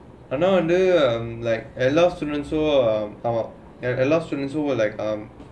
uh no the like allows students who uh like um allows students who uh like um